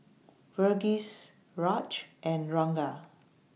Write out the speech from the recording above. Verghese Raj and Ranga